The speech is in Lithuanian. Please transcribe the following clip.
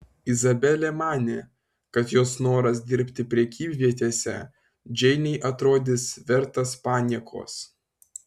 izabelė manė kad jos noras dirbti prekyvietėse džeinei atrodys vertas paniekos